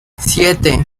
siete